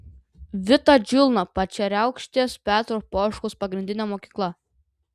vita džiulna pačeriaukštės petro poškaus pagrindinė mokykla